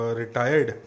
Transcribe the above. retired